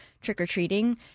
trick-or-treating